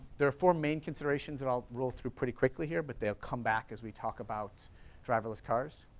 there are four main considerations that i'll roll through pretty quickly here, but they'll come back as we talk about driverless cars.